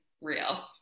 real